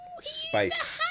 Spice